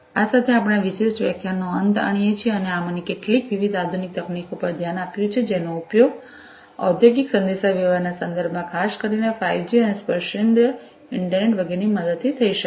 આ સાથે આપણે આ વિશિષ્ટ વ્યાખ્યાનનો અંત આણીએ છીએ અને આપણે આમાંની કેટલીક વિવિધ આધુનિક તકનીકો પર ધ્યાન આપ્યું છે જેનો ઉપયોગ ઔદ્યોગિક સંદેશાવ્યવહારના સંદર્ભમાં ખાસ કરીને ફાઇવજી અને સ્પર્શેન્દ્રિય ઇન્ટરનેટ વગેરેની મદદથી થઈ શકે છે